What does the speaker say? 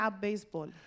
baseball